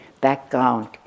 background